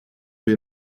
wir